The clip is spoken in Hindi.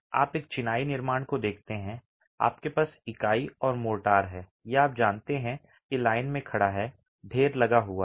आप एक चिनाई निर्माण को देखते हैं आपके पास इकाई और मोर्टार है ये आप जानते हैं कि लाइन में खड़ा है ढेर लगा हुआ है